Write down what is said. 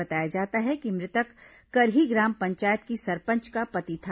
बताया जाता है कि मृतक करही ग्राम पंचायत की सरपंच का पति था